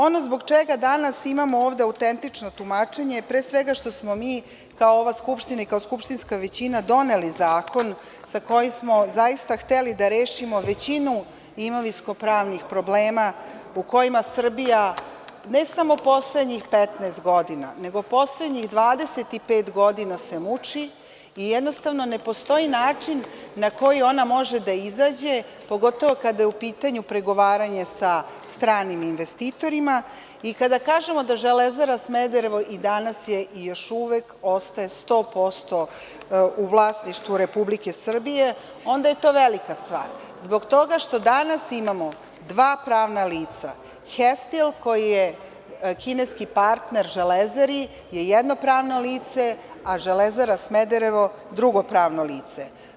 Ono zbog čega danas imamo ovde autentično tumačenje je, pre svega, što smo mi kao ova Skupština i kao skupštinska većina doneli zakon sa kojim smo zaista hteli da rešimo većinu imovinsko-pravnih problema u kojima Srbija ne samo poslednjih 15 godina, nego poslednjih 25 godina se muči i jednostavno ne postoji način na koji ona može da izađe, pogotovo kada je u pitanju pregovaranje sa stranim investitorima i kada kažemo da „Železara Smederevo“ i danas je i još uvek ostaje 100% u vlasništvu Republike Srbije, onda je to velika stvar, zbog toga što danas imamo dva pravna lica - „Hestil“ koji je kineski partner „Železari“ je jedno pravno lice, a „Železara Smederevo“ drugo pravno lice.